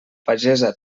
pagesa